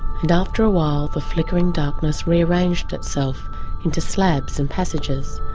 and after a while the flickering darkness rearranged itself into slabs and passages,